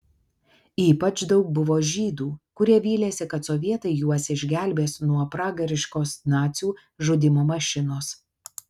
ypač daug buvo žydų kurie vylėsi kad sovietai juos išgelbės nuo pragariškos nacių žudymo mašinos